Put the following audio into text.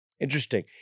Interesting